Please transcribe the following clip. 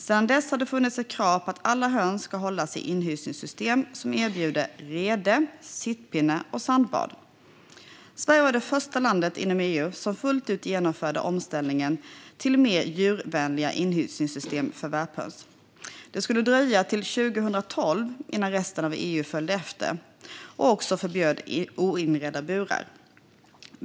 Sedan dess har det funnits ett krav på att alla höns ska hållas i inhysningssystem som erbjuder rede, sittpinne och sandbad. Sverige var det första landet inom EU som fullt ut genomförde omställningen till mer djurvänliga inhysningssystem för värphöns. Det skulle dröja till 2012 innan resten av EU följde efter och också förbjöd oinredda burar.